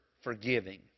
forgiving